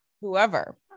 whoever